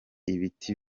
ibiti